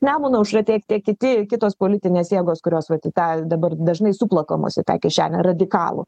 nemuno aušra tiek tiek kiti kitos politinės jėgos kurios vat į tą dabar dažnai suplakamos į tą kišenę radikalų